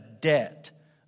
debt